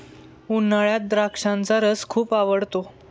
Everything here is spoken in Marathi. उन्हाळ्यात द्राक्षाचा रस खूप आवडतो